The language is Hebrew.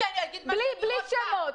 בלי שמות.